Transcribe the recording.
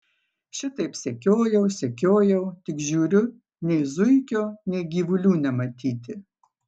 šitaip sekiojau sekiojau tik žiūriu nei zuikio nei gyvulių nematyti